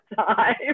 time